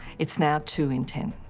it's now two in ten.